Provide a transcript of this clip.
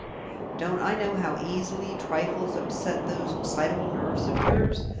don't i know how easily trifles upset those excitable nerves of yours?